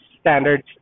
Standards